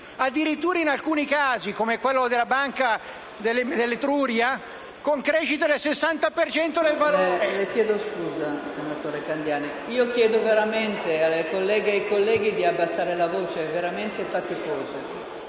Addirittura, in alcuni casi, come quello della Banca dell'Etruria, con crescite del 60 per